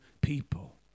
people